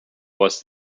was